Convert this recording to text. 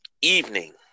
evening